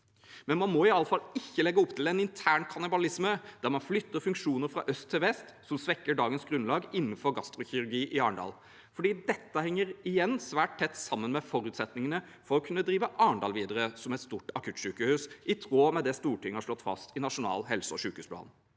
Men man må i alle fall ikke legge opp til en intern kannibalisme, der man flytter funksjoner fra øst til vest, som svekker dagens grunnlag innenfor gastrokirurgi i Arendal. For dette henger igjen svært tett sammen med forutsetningene for å kunne drive Arendal videre som et stort akuttsykehus, i tråd med det Stortinget har slått fast i Nasjonal helse- og sykehusplan.